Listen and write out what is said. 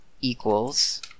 equals